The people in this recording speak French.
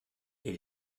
les